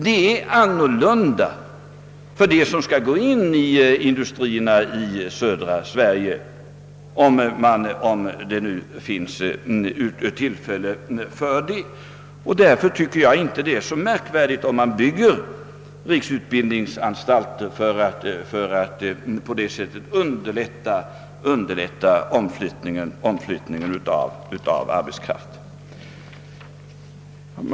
Det är annorlunda för dem som eventuellt skall få anställning vid industrierna i södra Sverige. Därför tycker jag inte att det är så märkligt att man bygger riksutbildningsanstalter för att härigenom underlätta omflyttning av arbetskraft.